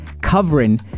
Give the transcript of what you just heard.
covering